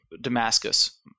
Damascus